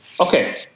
Okay